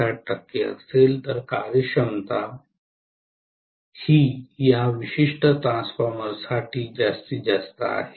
7 टक्के असेल तर कार्यक्षमता ɳ ही या विशिष्ट ट्रान्सफॉर्मरसाठी जास्तीत जास्त आहे